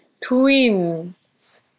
Twins